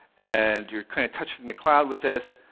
and you're kind of touching the cloud with this.